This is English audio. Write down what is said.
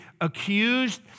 accused